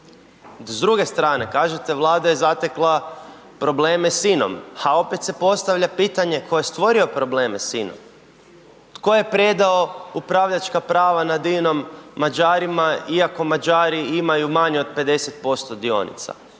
S druge strane kažete Vlada je zatekla probleme s INA-om, ha opet se postavlja pitanje tko je stvorio probleme s INA-om? Tko je predao upravljačka prava nad INA-om Mađarima iako Mađari imaju manje od 50% dionica?